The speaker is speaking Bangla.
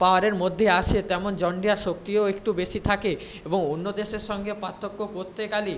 পাওয়ারের মধ্যে আসে তেমন জন ডিয়ার শক্তিও একটু বেশি থাকে এবং অন্য দেশের সঙ্গে পার্থক্য করতে গেলে